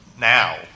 Now